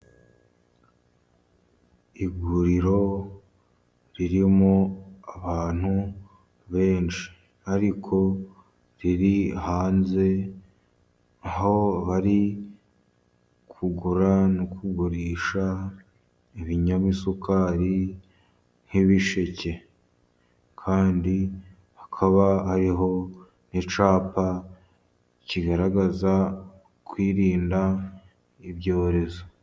Iguriro ririmo abantu benshi, ariko riri hanze, aho bari kugura no kugurisha ibinyamasukari nk'ibisheke. Kandi hakaba ariho n'icyapa kigaragaza kwirinda ibyorezo.